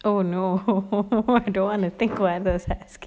oh no I don't want to think why those asking